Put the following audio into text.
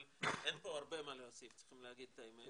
אבל אין פה הרבה מה להוסיף, צריך להגיד את האמת.